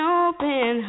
open